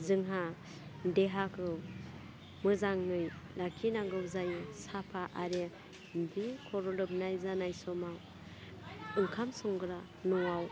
जोंहा देहाखौ मोजाङै लाखिनांगौ जायो साफा आरो बे खर' लोबनाय जानाय समाव ओंखाम संग्रा न'वाव